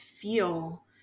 feel